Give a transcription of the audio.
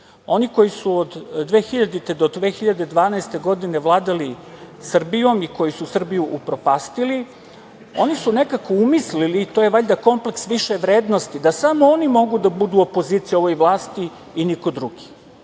Oni koji su od 2000. do 2012. godine vladali Srbijom i koji su Srbiju upropastili, oni su nekako umislili, to je valjda kompleks više vrednosti, da samo oni mogu da budu opozicija ovoj vlasti i niko drugi